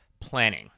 planning